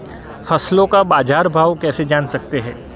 फसलों का बाज़ार भाव कैसे जान सकते हैं?